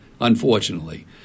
unfortunately